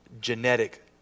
genetic